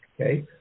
okay